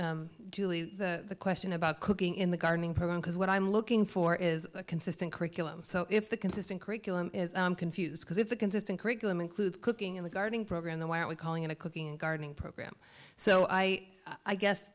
me the question about cooking in the gardening program because what i'm looking for is a consistent curriculum so if the consistent curriculum is confused because if a consistent curriculum includes cooking in the garden program then why aren't we calling it a cooking gardening program so i i guess